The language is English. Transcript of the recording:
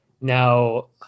now